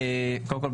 קודם כול,